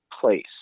place